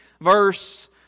verse